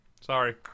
Sorry